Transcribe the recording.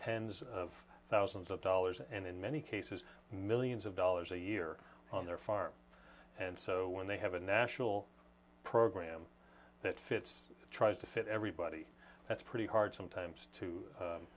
tens of thousands of dollars and in many cases millions of dollars a year on their farm and so when they have a national program that fits tries to fit everybody that's pretty hard sometimes to